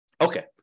Okay